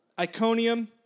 Iconium